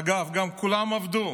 אגב, כולם גם עבדו.